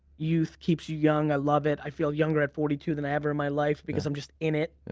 youth keeps you young, i love it. i feel younger at forty two than ever in my life because i'm just in it.